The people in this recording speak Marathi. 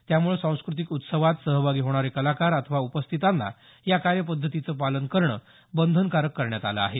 त्यामुळं सांस्क्रतिक उत्सवात सहभागी होणारे कलाकार अथवा उपस्थितांना या कार्यपद्धतीचं पालन करणं बंधनकारक करण्यात आलं आहे